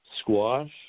squash